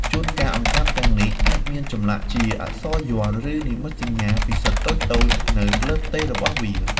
ជួនកាល អង្កាំទាំងនេះអាចមានឆ្លាក់ជាអក្សរយ័ន្ត ឬនិមិត្តសញ្ញាពិសិដ្ឋតូចៗនៅលើផ្ទៃរបស់វា។